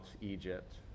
Egypt